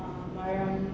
uh mariam